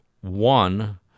one